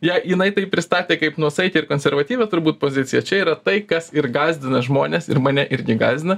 ją jinai tai pristatė kaip nuosaikią ir konservatyvią turbūt poziciją čia yra tai kas ir gąsdina žmones ir mane irgi gąsdina